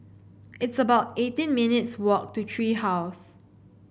it's about eighteen minutes' walk to Tree House